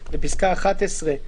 בפסקה (11),